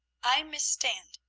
i mistand,